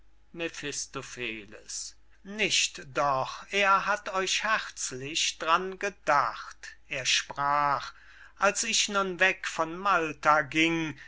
mephistopheles nicht doch er hat euch herzlich dran gedacht er sprach als ich nun weg von malta ging